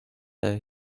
day